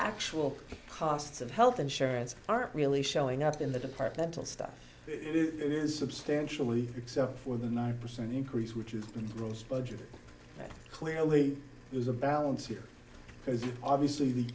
actual costs of health insurance aren't really showing up in the departmental stuff it is substantially except for the nine percent increase which is in gross budget that clearly there's a balance here because obviously the